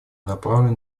направленные